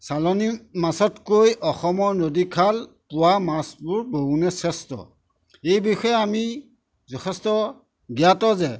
চালানী মাছতকৈ অসমৰ নদী খালত পোৱা মাছবোৰ বহুগুণে শ্ৰেষ্ঠ এই বিষয়ে আমি যথেষ্ট জ্ঞাত যে